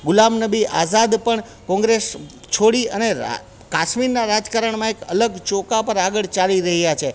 ગુલામ નબી આઝાદ પણ કોંગ્રેસ છોડી અને રા કાશ્મીરના રાજકારણમાં એક અલગ ચોકા પર આગળ ચાલી રહ્યા છે